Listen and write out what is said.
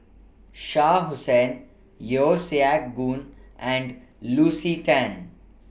Shah Hussain Yeo Siak Goon and Lucy Tan